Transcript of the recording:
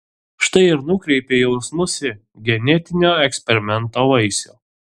štai ir nukreipei jausmus į genetinio eksperimento vaisių